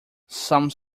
some